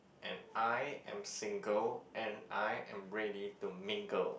and I am single and I am ready to mingle